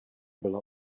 byla